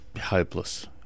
hopeless